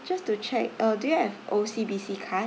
just to check uh do you have O_C_B_C card